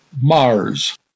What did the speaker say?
Mars